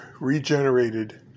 regenerated